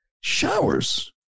showers